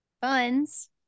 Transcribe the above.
funds